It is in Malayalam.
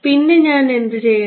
പിന്നെ ഞാൻ എന്ത് ചെയ്യണം